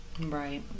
Right